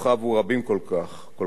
הרבה כל כך, למעטים כל כך"